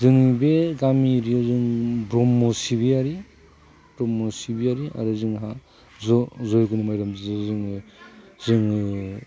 जोंनि बे गामि एरियाआव जों ब्रह्म सिबियारि आरो जोंहा ज' जयग'नि गेजेरजों जोङो